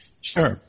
Sure